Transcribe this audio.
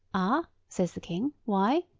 ah, says the king. why?